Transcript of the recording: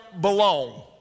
belong